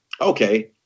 Okay